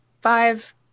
Five